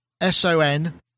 S-O-N